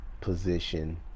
position